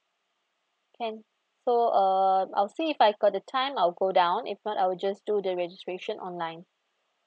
can so uh I'll say if I got the time I'll go down if not I will just do the registration online